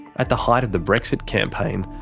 at the height of the brexit campaign,